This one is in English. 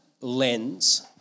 lens